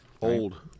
Old